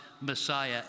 Messiah